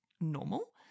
normal